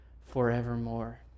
forevermore